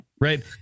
Right